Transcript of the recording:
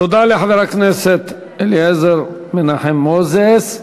תודה לחבר הכנסת אליעזר מנחם מוזס.